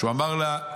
הוא אמר לה,